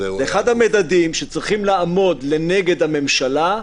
אחד המדדים שצריכים לעמוד לנגד הממשלה,